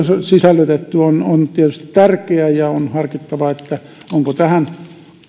sisällytetty on on tietysti tärkeä ja on harkittava onko tähän